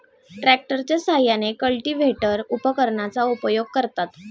ट्रॅक्टरच्या साहाय्याने कल्टिव्हेटर उपकरणाचा उपयोग करतात